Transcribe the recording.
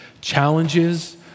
challenges